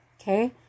Okay